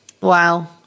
wow